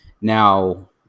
Now